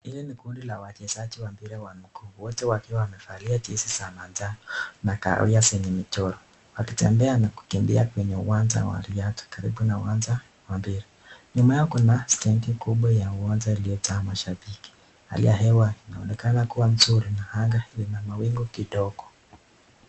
Hili ni kundi la wachezaji wa mpira wa miguu, wote wakiwa wamevalia jezi za manjano na kahawia yenye michoro. Wakitembea na kukimbia kwenye uwanja wa riadha kando ya uwanja wa mpira. Nyuma yao kuna uwanja uliojaa mashabiki. Hali ya hewa inaonekana kuwa nzuri na anga lina mawingu kidogo.